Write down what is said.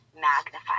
magnified